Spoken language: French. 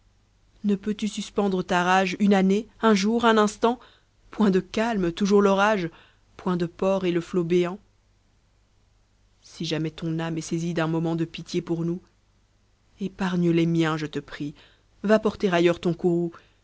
ne pèux tu suspendre ta rage une année un jour un instant point de calme toujours l'orage point de port et le flot béant si jamais ton âme est saisie d'un moment de pitié pour nous epargne les miens je te prie va porter ailleurs ton